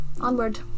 onward